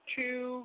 two